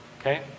Okay